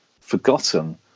forgotten